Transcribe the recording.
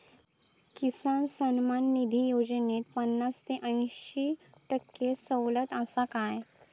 किसान सन्मान निधी योजनेत पन्नास ते अंयशी टक्के सवलत आसा काय?